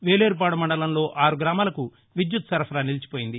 వేలేరుపాడు మండలంలో ఆరు గ్రామాలకు విద్యుత్ సరఫరా నిలిచిపోయింది